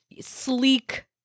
sleek